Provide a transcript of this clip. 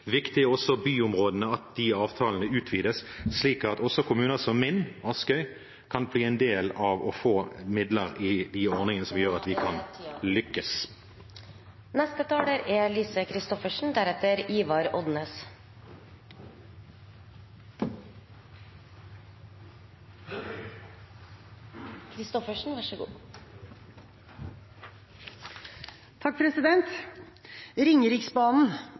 Viktig er også byområdene, at avtalene utvides slik at også kommuner som min, Askøy, kan bli en del av og få midler i de ordningene, noe som gjør at vi kan lykkes. Ringeriksbanen er viktig for landet. Ringeriksbanen er viktig for Buskerud. Så